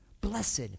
Blessed